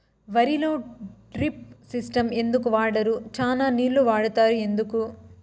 వరిలో drip system ఎందుకు వాడరు? చానా నీళ్లు వాడుతారు ఎందుకు?